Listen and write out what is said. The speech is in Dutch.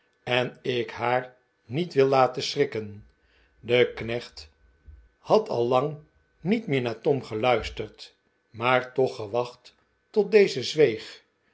en ik haar niet wil laten schrikken de knecht had al lang niet meer naar tom geluisterd maar toch gewacht tot deze zweeg